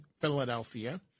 Philadelphia